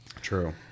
True